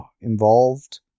involved